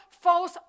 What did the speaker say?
false